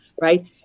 right